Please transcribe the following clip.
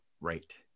Right